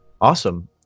Awesome